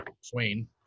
Swain